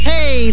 Hey